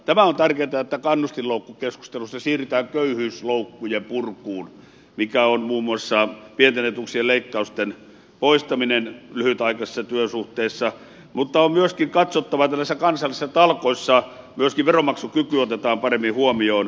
tämä on tärkeätä että kannustinloukkukeskustelussa siirrytään köyhyysloukkujen purkuun jollainen on muun muassa pienten etuuksien leikkausten poistaminen lyhytaikaisissa työsuhteissa mutta on myöskin katsottava että tällaisissa kansallisissa talkoissa myöskin veronmaksukyky otetaan huomioon